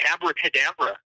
Abracadabra